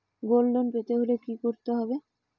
Gold loan পেতে হলে কি করতে হবে?